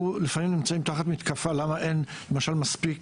אנחנו לפעמים נמצאים תחת מתקפה למה אין למשל מספיק